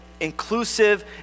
inclusive